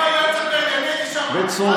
בוא, בוא,